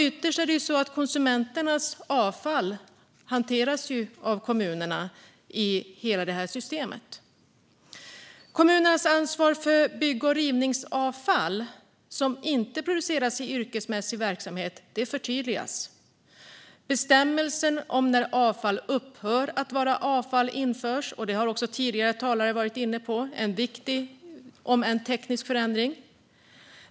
Ytterst är det ju så att konsumenternas avfall hanteras av kommunerna i hela detta system. Kommunernas ansvar för bygg och rivningsavfall som inte producerats i en yrkesmässig verksamhet förtydligas. Bestämmelser om när avfall upphör att vara avfall införs. Detta har också tidigare talare varit inne på, och det är en viktig om än teknisk förändring.